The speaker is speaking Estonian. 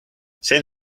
sven